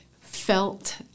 felt